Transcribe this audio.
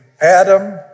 Adam